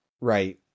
Right